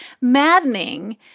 maddening